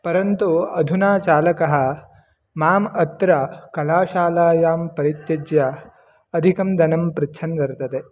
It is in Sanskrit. परन्तु अधुना चालकः माम् अत्र कलाशालायां परित्यज्य अधिकं धनं पृच्छन् वर्तते